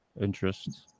interests